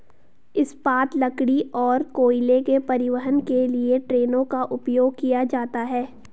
इस्पात, लकड़ी और कोयले के परिवहन के लिए ट्रेनों का उपयोग किया जाता है